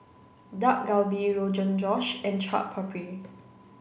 Dak Galbi Rogan Josh and Chaat Papri